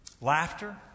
laughter